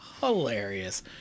hilarious